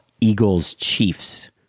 Eagles-Chiefs